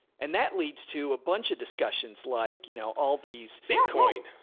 and that leads to a bunch of discussions. like, you know, all these bitcoin.